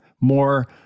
more